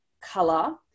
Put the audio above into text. color